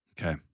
Okay